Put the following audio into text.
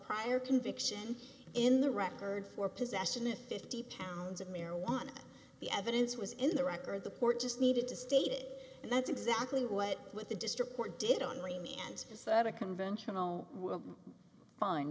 prior conviction in the record for possession of fifty pounds of marijuana the evidence was in the record the port just needed to state it and that's exactly what with the district court did only me and said a conventional fine